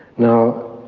now,